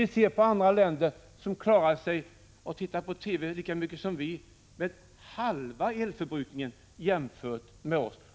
Vi kan se på andra länder som klarar sig, som tittar på TV lika mycket som vi